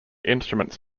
instruments